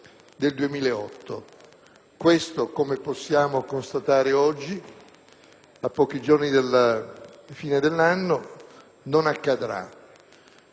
Grazie